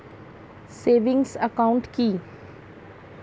Savings account কি?